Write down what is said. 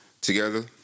together